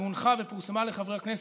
והיא הונחה ופורסמה לחברי הכנסת.